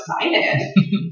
excited